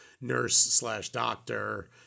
nurse-slash-doctor